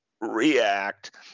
react